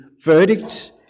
verdict